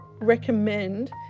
recommend